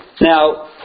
Now